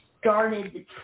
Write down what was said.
started